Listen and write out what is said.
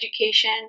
education